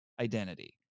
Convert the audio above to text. identity